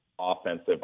offensive